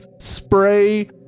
Spray